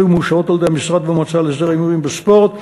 ומאושרות על-ידי המשרד והמועצה להסדר ההימורים בספורט.